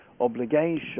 obligation